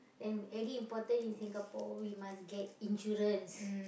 then very important in Singapore we must get insurance